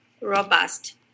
robust